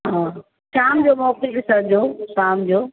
हा शाम जो मोकिले छॾिजो शाम जो